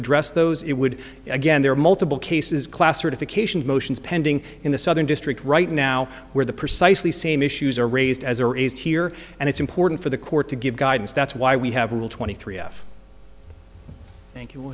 address those it would again there are multiple cases classification motions pending in the southern district right now where the precisely same issues are raised as are raised here and it's important for the court to give guidance that's why we have rule twenty three f thank you